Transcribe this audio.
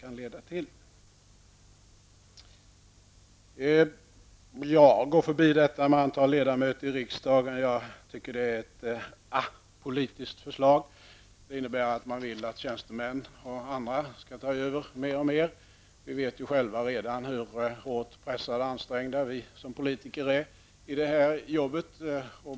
Jag tänker inte ta upp förslaget om antalet ledamöter i riksdagen. Jag tycker att det är ett ickeapolitiskt förslag. Det innebär att man vill att tjänstemän och andra skall ta över mer och mer. Vi vet själva hur hårt pressade och ansträngda vi politiker redan är i det här arbetet.